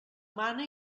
mana